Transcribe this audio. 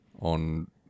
On